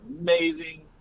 amazing